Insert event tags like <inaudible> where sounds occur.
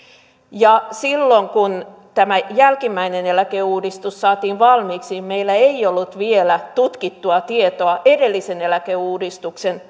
ja silloin kun tämä jälkimmäinen eläkeuudistus saatiin valmiiksi meillä ei ollut vielä tutkittua tietoa edellisen eläkeuudistuksen <unintelligible>